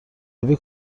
آبی